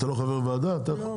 אתה לא חבר ועדה --- אה,